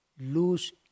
lose